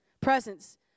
presence